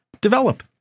develop